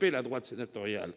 la droite sénatoriale